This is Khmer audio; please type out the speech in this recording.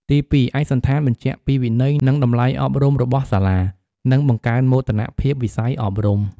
ទីពីរ ឯកសណ្ឋានបញ្ជាក់ពីវិន័យនិងតម្លៃអប់រំរបស់សាលា និងបង្កើនមោទនភាពវិស័យអប់រំ។